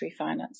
refinance